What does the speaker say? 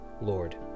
Lord